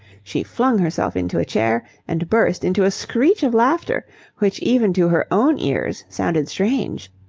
she flung herself into a chair and burst into a screech of laughter which even to her own ears sounded strange.